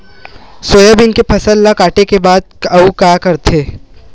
Soybean के फसल ल काटे के बाद आऊ का करथे?